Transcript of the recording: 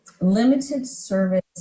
limited-service